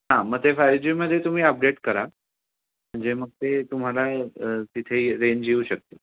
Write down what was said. हां मग ते फाय जीमध्ये तुम्ही अपडेट करा म्हणजे मग ते तुम्हाला तिथे रेंज येऊ शकते